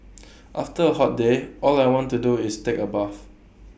after A hot day all I want to do is take A bath